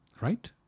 Right